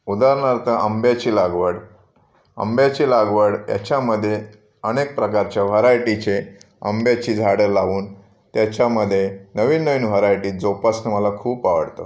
उदाहरणार्थ आंब्याची लागवड आंब्याची लागवड ह्याच्यामध्ये अनेक प्रकारच्या व्हरायटीचे आंब्याची झाडं लावून त्याच्यामध्ये नवीन नवीन व्हरायटी जोपासणं मला खूप आवडतं